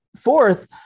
fourth